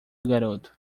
garoto